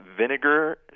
vinegar